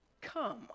Come